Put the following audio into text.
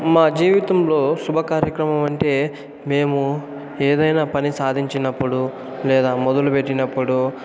మా జీవితంలో శుభ కార్యక్రమం అంటే మేము ఏదైనా పని సాధించినప్పుడు లేదా మొదలుపెట్టినప్పుడు